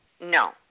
No